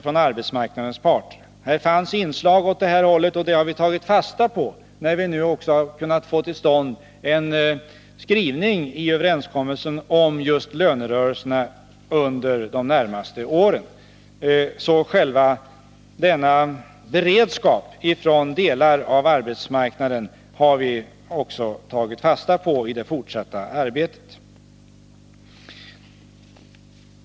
Men det fanns inslag åt det håll som Ingegerd Troedsson nämnde, och det har vi tagit fasta på när vi nu har kunnat få till stånd en skrivning i överenskommelsen om just lönerörelserna under de närmaste åren. Så denna beredskap från delar av arbetsmarknaden har vi beaktat i det fortsatta arbetet.